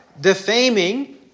defaming